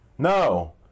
No